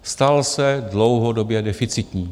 Stal se dlouhodobě deficitním.